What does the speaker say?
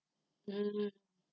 mmhmm